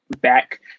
back